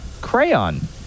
Crayon